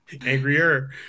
Angrier